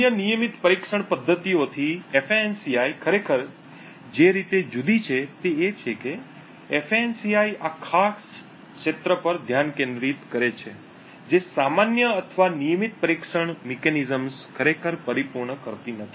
અન્ય નિયમિત પરીક્ષણ પદ્ધતિઓથી ફાન્સી ખરેખર જે રીતે જુદી છે તે એ છે કે ફાન્સી આ ખાસ ક્ષેત્ર પર ધ્યાન કેન્દ્રિત કરે છે જે સામાન્ય અથવા નિયમિત પરીક્ષણ મિકેનિઝમ્સ ખરેખર પરિપૂર્ણ કરતી નથી